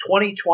2020